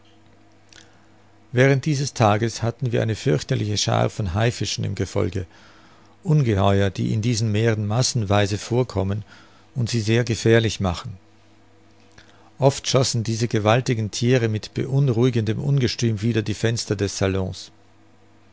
während dieses tages hatten wir eine fürchterliche schaar von haifischen im gefolge ungeheuer die in diesen meeren massenweise vorkommen und sie sehr gefährlich machen ost schossen diese gewaltigen thiere mit beunruhigendem ungestüm wider die fenster des salon